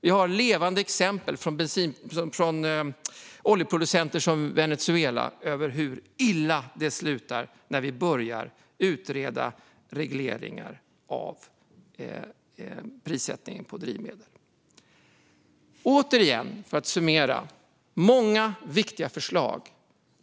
Vi har levande exempel på oljeproducenter som Venezuela som visar hur illa det slutar när man börjar utreda regleringar av prissättning på drivmedel. Jag ska summera. Det är många viktiga förslag.